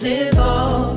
involved